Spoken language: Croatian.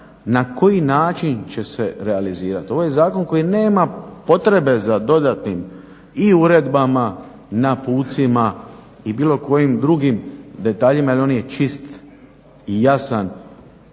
na koji način će se realizirati. Ovo je zakon koji nema potrebe za dodatnim i uredbama, naputcima i bilo kojim drugim detaljima jer on je čist i jasan